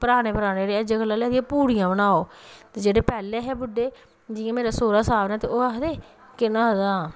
पराने पराने अज्जै कल्लै दे आखदे पूड़ियां बनाओ ते जेह्ड़े पैह्लें हे बुड्डे जि'यां मेरे सौह्रा साह्ब नै ते ओह् आखदे केह् नां ओह्दा